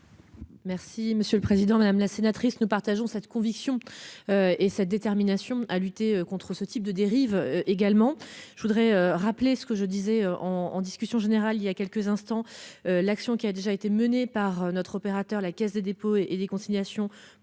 Merci monsieur le président, madame la sénatrice, nous partageons cette conviction. Et sa détermination à lutter contre ce type de dérives également. Je voudrais rappeler ce que je disais en en discussion générale il y a quelques instants, l'action qui a déjà été menée par notre opérateur la Caisse des dépôts et des consignations